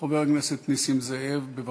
חבר הכנסת נסים זאב, בבקשה.